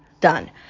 Done